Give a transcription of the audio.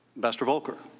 ambassador volker?